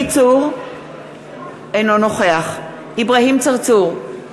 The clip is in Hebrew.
אינו נוכח אברהים צרצור,